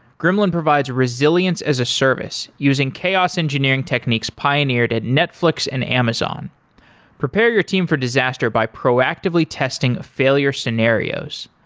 gremlin provides resilience as a service using chaos engineering techniques pioneered at netflix and amazon prepare your team for disaster by proactively testing failure scenarios.